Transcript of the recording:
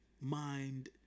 Mind